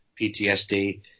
PTSD